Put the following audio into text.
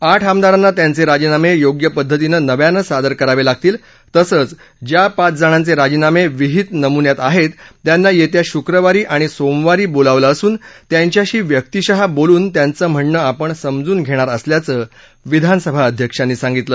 आठ आमदारांना त्यांचे राजिनामे योथ्य पद्धतीनं नव्यानं सादर करावे लागतील तसंच ज्या पाचजणांचे राजीनामे विहित नमुन्यात आहेत त्यांना येत्या शुक्रवारी आणि सोमवारी बोलावलं असून त्यांच्याशी व्यक्तिशः बोलून त्यांचं म्हणणं आपण समजून घेणार असल्याचं विधानसभा अध्यक्षांनी सांगितलं